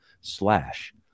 slash